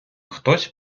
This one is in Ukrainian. хтось